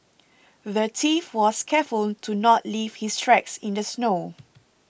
the thief was careful to not leave his tracks in the snow